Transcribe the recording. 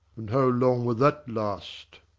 and how long will that last!